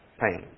pain